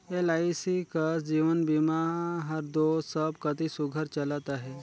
LIC कस जीवन बीमा हर दो सब कती सुग्घर चलत अहे